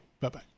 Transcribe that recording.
Bye-bye